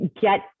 Get